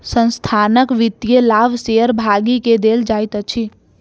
संस्थानक वित्तीय लाभ शेयर भागी के देल जाइत अछि